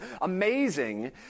amazing